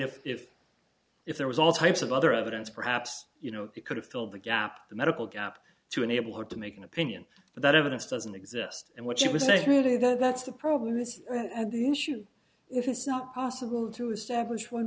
if if if there was all types of other evidence perhaps you know it could have filled the gap the medical gap to enable her to make an opinion that evidence doesn't exist and what she was saying today that that's the problem is the issue if it's not possible to establish one